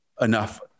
enough